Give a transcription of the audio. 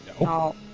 No